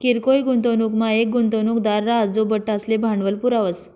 किरकोय गुंतवणूकमा येक गुंतवणूकदार राहस जो बठ्ठासले भांडवल पुरावस